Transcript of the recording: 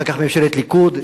אחר כך ממשלת הליכוד,